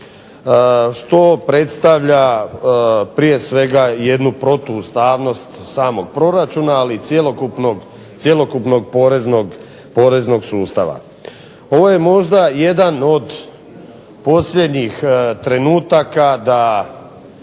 što predstavlja prije svega jednu protuustavnost samog proračuna, ali i cjelokupnog poreznog sustava. Ovo je možda jedan od posljednjih trenutaka da